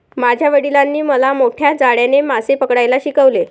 माझ्या वडिलांनी मला मोठ्या जाळ्याने मासे पकडायला शिकवले